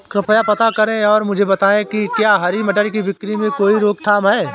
कृपया पता करें और मुझे बताएं कि क्या हरी मटर की बिक्री में कोई रोकथाम है?